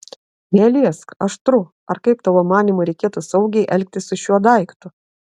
neliesk aštru ar kaip tavo manymu reikėtų saugiai elgtis su šiuo daiktu